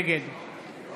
נגד